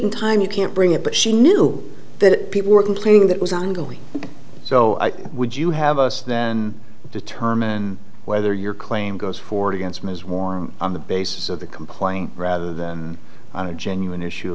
in time you can't bring it but she knew that people were complaining that was ongoing so i would you have us then determine whether your claim goes forward against ms warren on the basis of the complaint rather than on a genuine issue